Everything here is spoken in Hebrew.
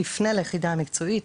תפנה ליחידה המקצועית,